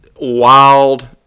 wild